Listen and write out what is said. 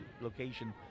location